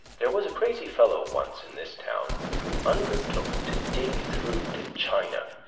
there was a crazy fellow once in this town who undertook to dig through to china,